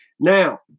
Now